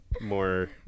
more